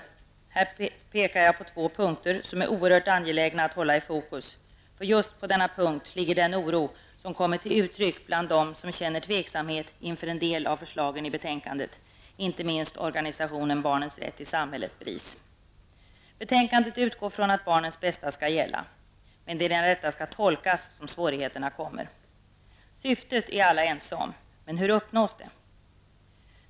Här pekar jag på två punkter som är oerhört angelägna att hålla i fokus. Just här ligger nämligen den oro som kommit till uttryck bland dem som känner tvivel inför en del av förslagen i betänkandet, inte minst organisationen Barnens rätt i samhället, BRIS. Betänkandet utgår ifrån att barnens bästa skall gälla. Men det är när det detta skall tolkas som svårigheterna uppstår. Syftet är alla ense om -- men hur uppnås det?